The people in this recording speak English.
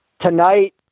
Tonight